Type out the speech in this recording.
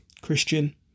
christian